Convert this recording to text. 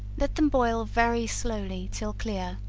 let them boil very slowly till clear,